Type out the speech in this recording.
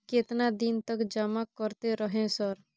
केतना दिन तक जमा करते रहे सर?